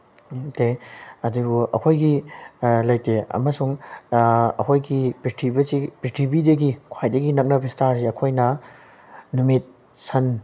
ꯑꯗꯨꯕꯨ ꯑꯩꯈꯣꯏꯒꯤ ꯂꯩꯇꯦ ꯑꯃꯁꯨꯡ ꯑꯩꯈꯣꯏꯒꯤ ꯄ꯭ꯔꯤꯊꯤꯕꯤꯗꯒꯤ ꯈ꯭ꯋꯥꯏꯗꯒꯤ ꯅꯛꯅꯕ ꯏꯁꯇꯥꯔꯁꯤ ꯑꯩꯈꯣꯏꯅ ꯅꯨꯃꯤꯠ ꯁꯟ